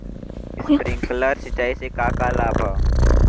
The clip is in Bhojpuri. स्प्रिंकलर सिंचाई से का का लाभ ह?